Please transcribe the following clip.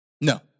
No